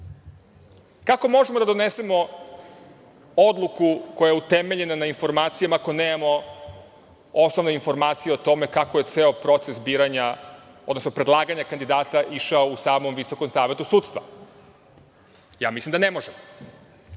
možemo da donesemo odluku koja je utemeljena na informacijama, ako nemamo osnovne informacije o tome kako je ceo proces predlaganja kandidata išao u samom Visokom savetu sudstva? Ja mislim da ne možemo.